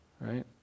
right